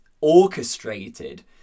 orchestrated